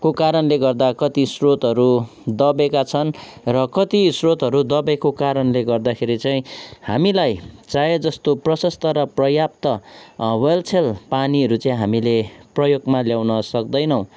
को कारणले गर्दा कति श्रोतहरू दबेका छन् र कति श्रोतहरू दबेको कारणले गर्दाखेरि चाहिँ हामीलाई चाहे जस्तो प्रशस्त र पर्याप्त वालछेल पानीहरू चाहिँ हामीले प्रयोगमा ल्याउन सक्दैनौँ